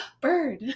bird